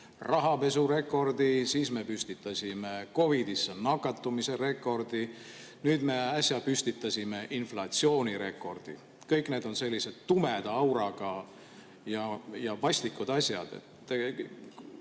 rahapesurekordi, siis me püstitasime COVID‑isse nakatumise rekordi, nüüd me äsja püstitasime inflatsioonirekordi. Kõik need on sellised tumeda auraga ja vastikud asjad.